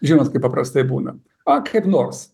žinot kaip paprastai būna ak taip nors